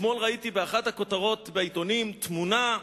ואתמול ראיתי באחת הכותרות בעיתונים תמונה: